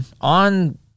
on